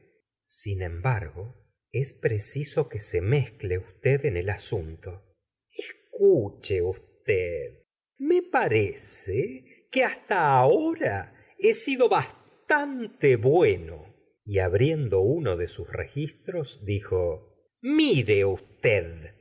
sin embargo es preciso que se mezcle usted en el asunto la senora de bovary gustavo flaubert escuche usted me parece que hasta ahora he sido bastante bueno y abriendo uno de sus registros dijo fire usted